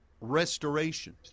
restoration